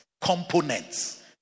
components